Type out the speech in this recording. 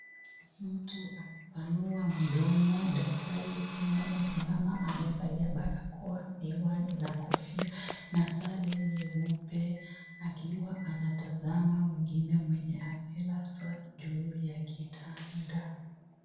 Mtu amepanua mdomo daktari akiwa amesimama na amevalia barakoa, miwani na kofia na sare nyeupe akiwa anatazama mwengine mwenye amelazwa juu ya kitanda.